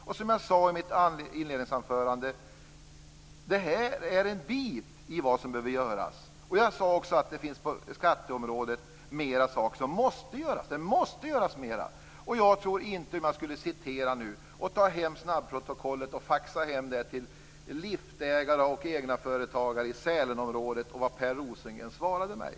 Som jag sade i mitt inledningsanförande är detta en bit av det som behöver göras. Jag sade också att det på skatteområdet finns mer som måste göras. Det måste göras mer. Jag skulle kunna faxa hem snabbprotokollet till liftägare och egna företagare i Sälenområdet, så att de kan läsa vad Per Rosengren svarade mig.